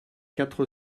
quatre